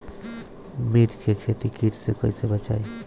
मिर्च के खेती कीट से कइसे बचाई?